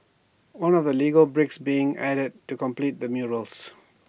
one of the legal bricks being added to complete the murals